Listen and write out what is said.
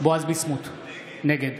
בועז ביסמוט, נגד